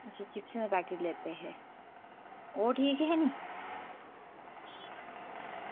अच्छा अच्छा चिप्स दे पैकेट लैते हे ओह् ठीक हे निं